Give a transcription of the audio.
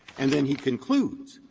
and then he concludes,